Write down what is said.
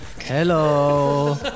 hello